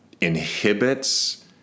inhibits